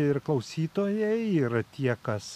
ir klausytojai ir tie kas